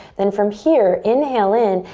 then from here, inhale in,